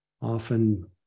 often